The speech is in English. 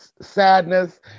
sadness